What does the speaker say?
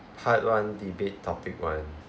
part one debate topic one